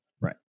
Right